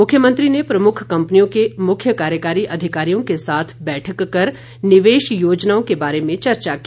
मुख्यमंत्री ने प्रमुख कंपनियों के मुख्य कार्यकारी अधिकारियों के साथ बैठक कर निवेश योजनाओं के बारे में चर्चा की